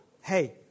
Hey